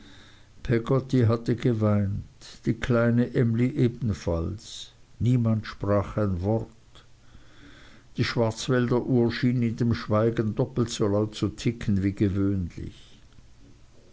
peggotty hatte geweint die kleine emly ebenfalls niemand sprach ein wort die schwarzwälderuhr schien in dem schweigen doppelt so laut zu ticken wie gewöhnlich